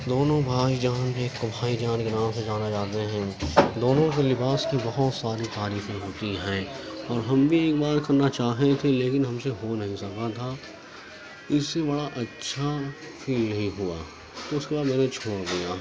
دونوں بھائی جان کے ایک کو بھائی جان کے نام سے جانا جاتے ہیں دونوں کی لباس کی بہت ساری تعریفیں ہوتی ہیں اور ہم بھی ایک بار کرنا چاہے تھے لیکن ہم سے ہو نہیں سکا تھا اس سے بڑا اچھا فیل نہیں ہوا اس کے بعد میں نے چھوڑ دیا